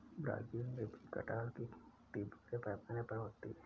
Brazil में भी कटहल की खेती बड़े पैमाने पर होती है